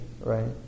right